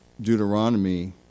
Deuteronomy